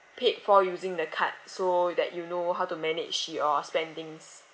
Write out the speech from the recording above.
paid for using the card so that you know how to manage your spendings